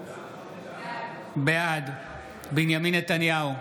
בעד בנימין נתניהו,